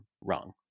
wrong